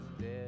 dead